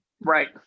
Right